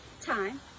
time